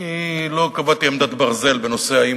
אני לא קבעתי עמדת ברזל בנושא האם